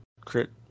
crit